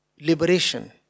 liberation